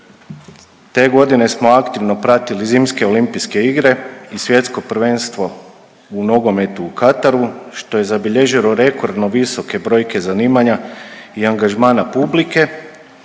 te godine smo aktivno pratili Zimske olimpijske igre i Svjetsko prvenstvo u nogometu u Kataru, što je zabilježilo rekordno visoke brojke zanima i angažmana publike,